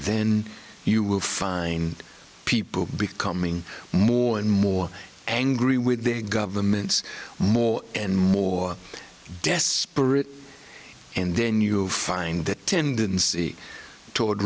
then you will find people becoming more and more angry with their governments more and more desperate and then you find that tendency toward